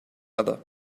other